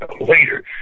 later